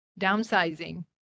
downsizing